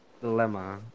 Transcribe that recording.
dilemma